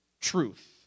truth